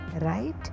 right